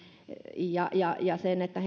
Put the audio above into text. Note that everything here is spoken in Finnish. ja ja sen että